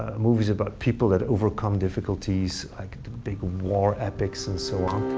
ah movies about people that overcome difficulties, like the big war epics and so on.